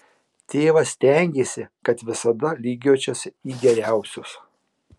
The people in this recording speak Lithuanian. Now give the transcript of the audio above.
tėvas stengėsi kad visada lygiuočiausi į geriausius